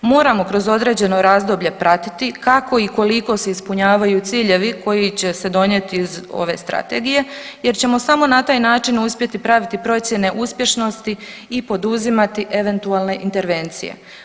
Moramo kroz određeno razdoblje pratiti kako i koliko se ispunjavaju ciljevi koji će se donijeti iz ove strategije jer ćemo samo na taj način uspjeti praviti procjene uspješnosti i poduzimati eventualne intervencije.